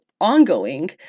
ongoing